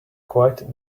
quite